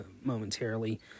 momentarily